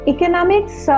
Economics